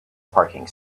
parking